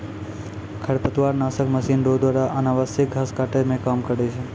खरपतवार नासक मशीन रो द्वारा अनावश्यक घास काटै मे काम करै छै